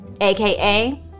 aka